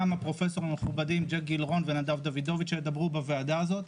גם הפרופסורים המכובדים ג'ק גילרון ונדב דוידוביץ ידברו בוועדה הזאת.